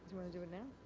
to do and